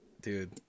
Dude